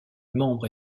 membres